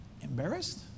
embarrassed